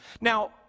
Now